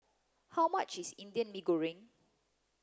how much is Indian Mee Goreng